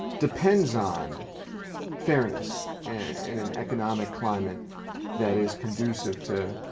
depends on fairness and an economic climate that is conducive to